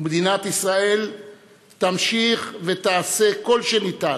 מדינת ישראל תמשיך ותעשה כל שניתן